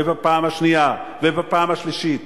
בפעם השנייה ובפעם השלישית,